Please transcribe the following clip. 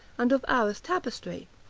and of arras tapestry,